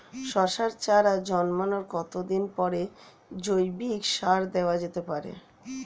শশার চারা জন্মানোর কতদিন পরে জৈবিক সার দেওয়া যেতে পারে?